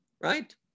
right